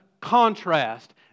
contrast